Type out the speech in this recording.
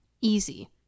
Easy